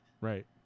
right